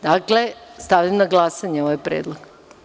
Dakle, stavljam na glasanje ovaj predlog.